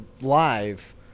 live